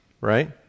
right